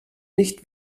nicht